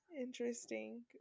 interesting